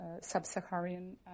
sub-Saharan